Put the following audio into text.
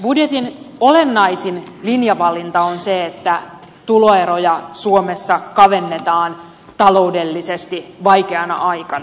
budjetin olennaisin linjavalinta on se että tuloeroja suomessa kavennetaan taloudellisesti vaikeana aikana